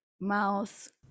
mouth